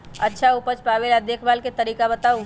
अच्छा उपज पावेला देखभाल के तरीका बताऊ?